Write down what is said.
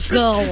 go